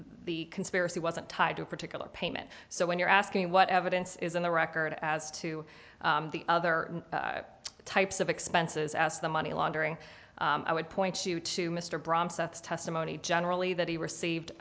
the conspiracy wasn't tied to a particular payment so when you're asking what evidence is in the record as to the other types of expenses as the money laundering i would point you to mr brahms that's testimony generally that he received